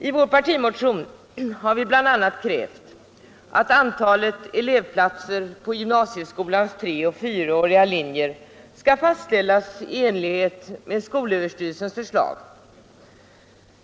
I partimotionen har vi bl.a. krävt att antalet elevplatser på gymnasieskolans treoch fyraåriga linjer skall fastställas i enlighet med skolöverstyrelsens förslag.